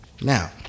Now